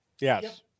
Yes